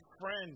friend